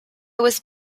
was